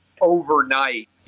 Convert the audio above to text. overnight